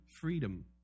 freedom